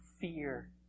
fear